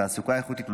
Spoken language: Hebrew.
תעסוקה איכותית,